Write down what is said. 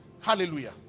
Hallelujah